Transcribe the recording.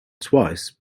twice